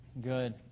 Good